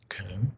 Okay